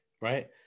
right